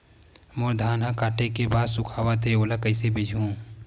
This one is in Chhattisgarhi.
मोर धान ह काटे के बाद सुखावत हे ओला कइसे बेचहु?